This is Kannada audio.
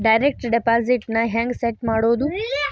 ಡೈರೆಕ್ಟ್ ಡೆಪಾಸಿಟ್ ನ ಹೆಂಗ್ ಸೆಟ್ ಮಾಡೊದು?